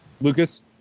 Lucas